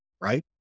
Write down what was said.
right